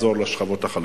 כדי לעזור לשכבות החלשות.